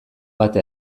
bat